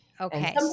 okay